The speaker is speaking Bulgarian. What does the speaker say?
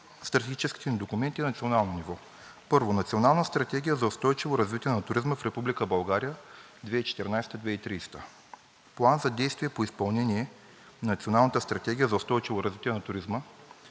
стратегически документи на национално ниво. Първо, Национална стратегия за устойчиво развитие на туризма в Република България 2014 – 2030 г. План за действие по изпълнение на Националната стратегия за устойчиво развитие на туризма.